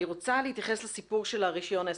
אני רוצה להתייחס לסיפור של רישיון העסק.